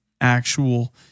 actual